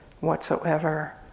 whatsoever